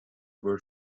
word